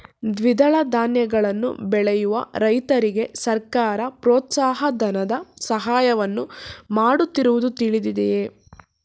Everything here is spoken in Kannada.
ದ್ವಿದಳ ಧಾನ್ಯಗಳನ್ನು ಬೆಳೆಯುವ ರೈತರಿಗೆ ಸರ್ಕಾರ ಪ್ರೋತ್ಸಾಹ ಧನದ ಸಹಾಯವನ್ನು ಮಾಡುತ್ತಿರುವುದು ತಿಳಿದಿದೆಯೇ?